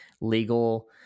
legal